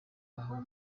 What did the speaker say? nkaho